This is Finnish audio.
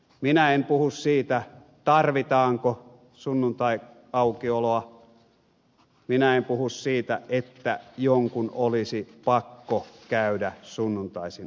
minä en puhu siitä tarvitaanko sunnuntaiaukioloa minä en puhu siitä että jonkun olisi pakko käydä sunnuntaisin kaupassa